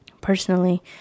personally